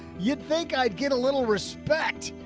you'd think i'd get a little respect.